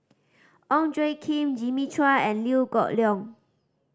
Ong Tjoe Kim Jimmy Chua and Liew Geok Leong